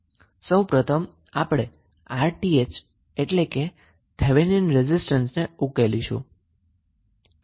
સૌ પ્રથમ આપણે 𝑅𝑇ℎ એટલે કે થેવેનિન રેઝિસ્ટન્સને ઉકેલવુ પડશે